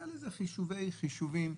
זה נבע מחישובי חישובים,